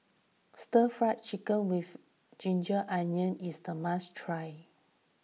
Stir Fried Chicken with Ginger Onions is a must try